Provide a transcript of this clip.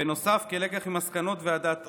בנוסף, כלקח ממסקנות ועדת אור,